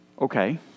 okay